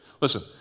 Listen